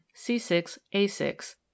C6A6